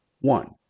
one